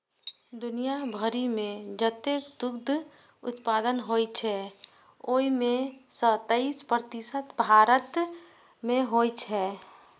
दुनिया भरि मे जतेक दुग्ध उत्पादन होइ छै, ओइ मे सं तेइस प्रतिशत भारत मे होइ छै